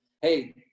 hey